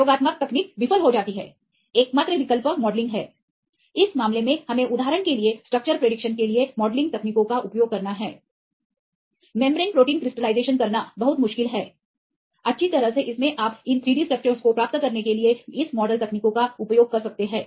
प्रयोगात्मक तकनीक विफल हो जाती है एकमात्र विकल्प मॉडलिंग है इस मामले में हमें उदाहरण के लिए स्ट्रक्चर की भविष्यवाणी के लिए मॉडलिंग तकनीकों का उपयोग करना है झिल्ली प्रोटीन का क्रिस्टलीकरण करना बहुत मुश्किल है अच्छी तरह से इस में आप इन 3Dस्ट्रक्चर्स को प्राप्त करने के लिए इस मॉडल तकनीकों का उपयोग कर सकते हैं